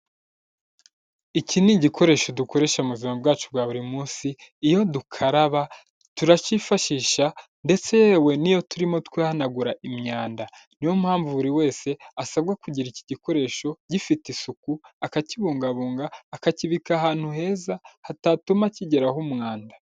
Iki ni igikoresho dukoresha mu buzima bwacu bwa buri munsi, iyo dukaraba turacyifashisha ndetse yewe n'iyo turimo guhanagura imyanda, niyo mpamvu buri wese asabwa kugira iki gikoresho gifite isuku, akakibungabunga akakibika ahantu heza hatatuma kigeraho umwanda.